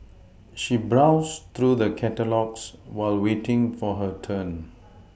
she browsed through the catalogues while waiting for her turn